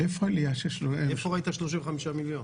איפה ראית 35 מיליון?